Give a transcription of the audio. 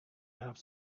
have